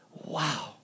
Wow